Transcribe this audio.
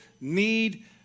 need